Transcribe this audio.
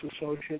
associates